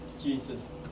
Jesus